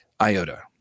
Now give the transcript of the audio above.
iota